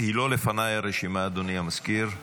היא לא לפניי, הרשימה, אדוני המזכיר.